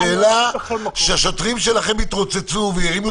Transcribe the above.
השאלה היא האם השוטרים שלכם יתרוצצו וירימו